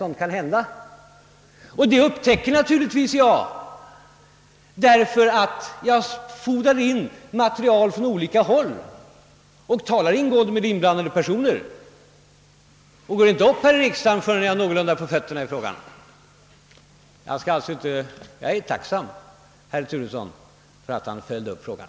Sådant kan hända, och det upptäcker naturligtvis jag, eftersom jag infordrar material från olika håll och talar ingående med inblandade personer, ty jag vill inte gå upp i riksdagen utan att ha fast mark under fötterna. Jag är tacksam för att herr Turesson följde upp saken.